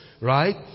right